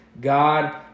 God